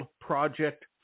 Project